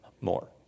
more